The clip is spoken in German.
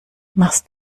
machst